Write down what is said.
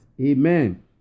Amen